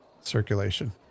circulation